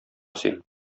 син